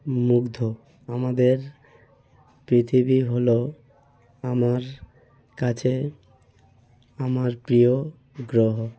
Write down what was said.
মুগ্ধ আমাদের পৃথিবী হল আমার কাছে আমার প্রিয় গ্রহ